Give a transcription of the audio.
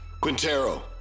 Quintero